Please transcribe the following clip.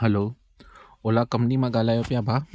हलो Ola company मां ॻाल्हायो पिया भाउ